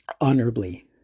honorably